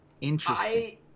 interesting